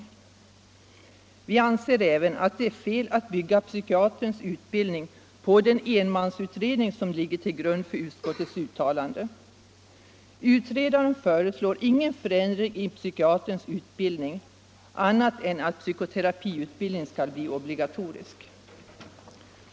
Dessutom anser vi att det är fel att bygga psykiaterns utbildning på den enmansutredning som ligger till grund för utskottets uttalande. Utredaren föreslår ingen annan förändring i psykiaterns utbildning än att psykoterapiutbildning blir obligatorisk.